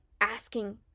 asking